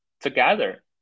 Together